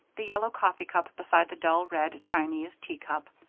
the yellow coffee cup beside the dull red japanese tea cup,